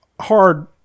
hard